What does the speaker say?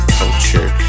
culture